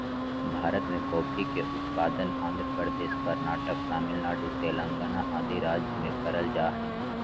भारत मे कॉफी के उत्पादन आंध्र प्रदेश, कर्नाटक, तमिलनाडु, तेलंगाना आदि राज्य मे करल जा हय